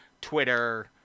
Twitter